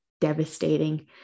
devastating